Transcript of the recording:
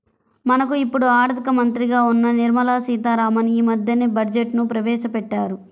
మనకు ఇప్పుడు ఆర్థిక మంత్రిగా ఉన్న నిర్మలా సీతారామన్ యీ మద్దెనే బడ్జెట్ను ప్రవేశపెట్టారు